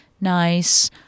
nice